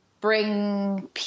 Bring